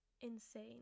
insane